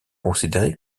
considéré